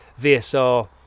VSR